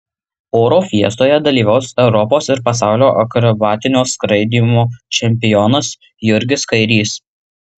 oro fiestoje dalyvaus europos ir pasaulio akrobatinio skraidymo čempionas jurgis kairys